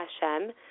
Hashem